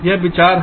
यह विचार है